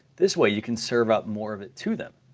this way you can serve out more of it to them.